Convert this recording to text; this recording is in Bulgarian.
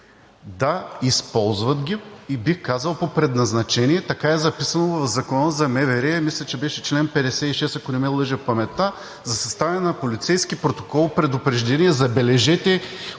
да – използват ги, и бих казал по предназначение – така е записано в Закона за МВР. Мисля, че беше чл. 56, ако не ме лъже паметта, за съставяне на полицейски протокол – предупреждение, забележете,